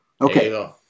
okay